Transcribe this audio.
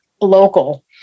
local